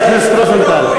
אין מדינה בעולם.